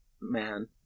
man